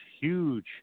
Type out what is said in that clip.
huge